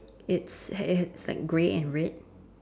it's it's like grey and red